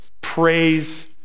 Praise